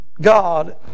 God